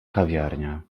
kawiarnia